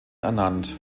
ernannt